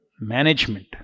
management